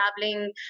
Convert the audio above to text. traveling